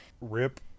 rip